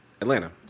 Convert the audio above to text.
Atlanta